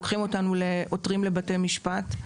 ועותרים לבתי משפט.